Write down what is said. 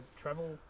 travel